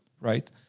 right